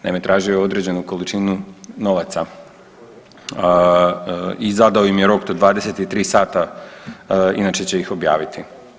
Naime, tražio je određenu količinu novaca i zadao im je rok do 23 sata inače će ih objaviti.